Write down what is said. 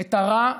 את הרע,